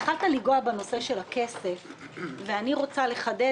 התחלת לגעת בנושא הכסף ואני רוצה לחדד